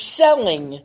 selling